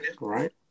Right